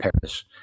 Paris